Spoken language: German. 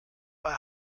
bei